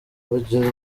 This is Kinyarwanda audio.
kubera